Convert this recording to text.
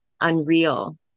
unreal